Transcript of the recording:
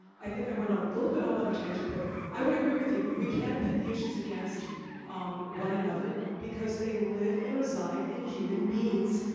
i think i went a little bit off on a tangent but i would agree with you. we can't pit the issues against um one another because they live and reside in human beings,